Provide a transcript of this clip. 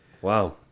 wow